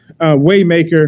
Waymaker